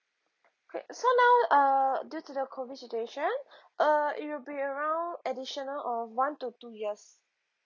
okay so now uh due to the COVID situation uh it will be around additional of one to two years